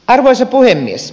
arvoisa puhemies